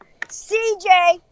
CJ